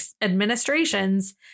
administrations